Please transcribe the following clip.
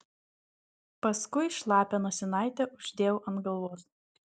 paskui šlapią nosinaitę uždėjau ant galvos